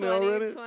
already